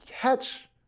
catch